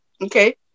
Okay